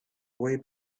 way